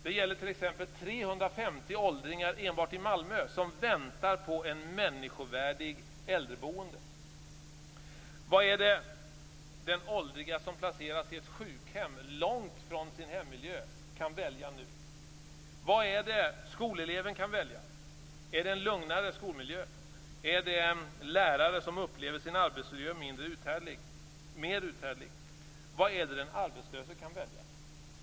Det gäller t.ex. 350 åldringar enbart i Malmö som väntar på ett människovärdigt äldreboende. Vad är det åldringen som placeras i ett sjukhem långt från sin hemmiljö nu kan välja? Vad är det skoleleven kan välja? Är det en lugnare skolmiljö? Är det en lärare som upplever sin arbetsmiljö som mer uthärdlig? Vad är det den arbetslöse kan välja?